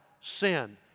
sin